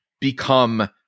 become